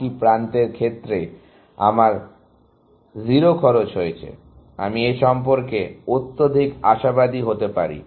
বাকি প্রান্তের ক্ষেত্রে আমার 0 খরচ হয়েছে আমি এ সম্পর্কে অত্যধিক আশাবাদী হতে পারি